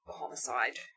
homicide